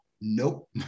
nope